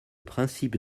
principe